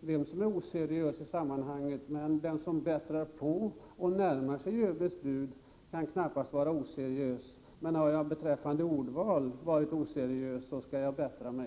vem som är oseriös i sammanhanget, men den som bättrar på det här budet och närmar sig ÖB:s bud kan knappast vara oseriös. Om jag i fråga om ordval har varit oseriös, så skall jag bättra mig.